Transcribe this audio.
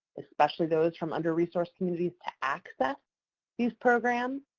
especially those from under resourced communities, to access these programs?